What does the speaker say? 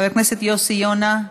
חבר הכנסת יוסי יונה,